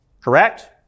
Correct